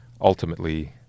ultimately